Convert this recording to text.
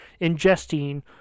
ingesting